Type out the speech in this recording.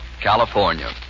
California